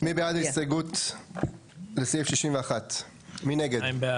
אז מי בעד סעיף 61, כולל התיקונים, ככל